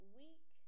week